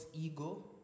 ego